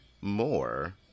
more